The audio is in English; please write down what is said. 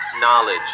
knowledge